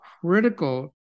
critical